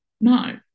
No